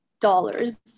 dollars